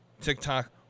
TikTok